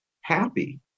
happy